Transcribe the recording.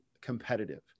competitive